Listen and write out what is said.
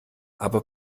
aber